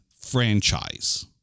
franchise